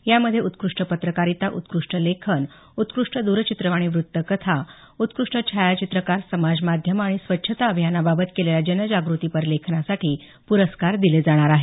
यामध्ये उत्कृष्ट पत्रकारिता उत्कृष्ट लेखन उत्कृष्ट द्रचित्रवाणी वृत्तकथा उत्कृष्ट छायाचित्रकार समाज माध्यम आणि स्वच्छता अभियानाबाबत केलेल्या जनजागृतीपर लेखनासाठी पुरस्कार दिले जाणार आहेत